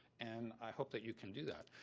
and i hope that you can do that.